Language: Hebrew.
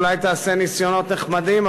אולי היא תעשה ניסיונות נחמדים,